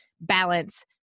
balance